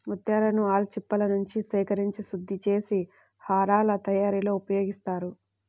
ముత్యాలను ఆల్చిప్పలనుంచి సేకరించి శుద్ధి చేసి హారాల తయారీలో ఉపయోగిస్తారు